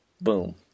Boom